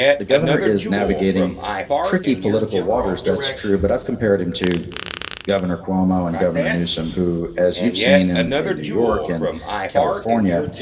the governor is navigating tricky political waters. that's true. but i've compared him to governor cuomo and governor newsome, who, as you've seen and in new york and california,